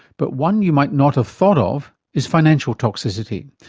but one you might not have thought of is financial toxicity.